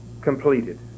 completed